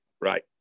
right